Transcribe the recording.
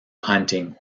hunting